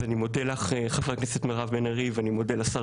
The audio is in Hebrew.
אז אני מודה לך חברת הכנסת מירב בן ארי ואני מודה לשר